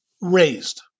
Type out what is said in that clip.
raised